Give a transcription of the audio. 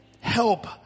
help